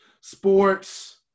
sports